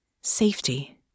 safety